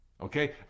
Okay